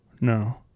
No